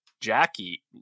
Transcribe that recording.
Jackie